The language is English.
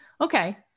Okay